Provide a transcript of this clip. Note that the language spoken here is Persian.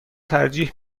ترجیح